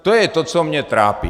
To je to, co mě trápí.